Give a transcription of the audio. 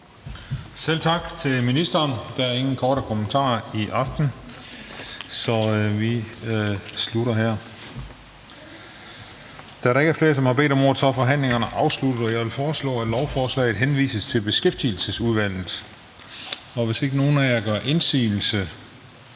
Selv tak til ministeren. Der er ingen korte bemærkninger i aften. Da der ikke er flere, som har bedt om ordet, er forhandlingen afsluttet. Jeg vil foreslå, at lovforslaget henvises til Beskæftigelsesudvalget. Hvis ikke nogen af jer gør indsigelse,